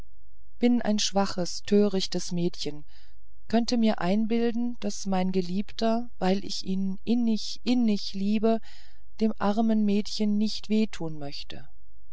bin ein schwaches törichtes mädchen könnte mir einbilden daß mein geliebter weil ich ihn innig innig liebe dem armen mädchen nicht weh tun möchte